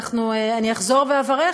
אני אחזור ואברך,